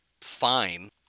fine